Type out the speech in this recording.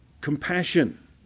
compassion